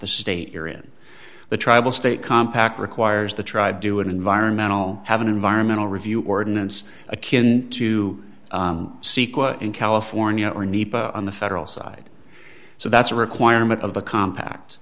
the state you're in the tribal state compact requires the tribe do an environmental have an environmental review ordinance akin to sequence in california or nepa on the federal side so that's a requirement of the compact